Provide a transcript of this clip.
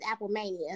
Applemania